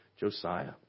Josiah